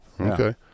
Okay